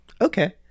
okay